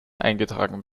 eingetragen